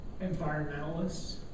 environmentalists